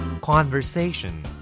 Conversation